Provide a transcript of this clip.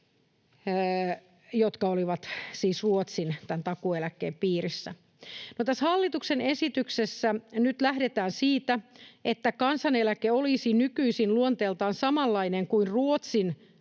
jotka olivat siis tämän Ruotsin takuueläkkeen piirissä. No, tässä hallituksen esityksessä nyt lähdetään siitä, että kansaneläke olisi nykyisin luonteeltaan samanlainen kuin Ruotsin